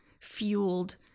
fueled